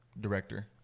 director